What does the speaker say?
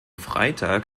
freitag